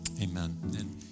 amen